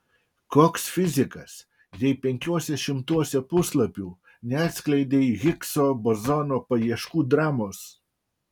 koks fizikas jei penkiuose šimtuose puslapių neatskleidei higso bozono paieškų dramos